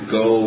go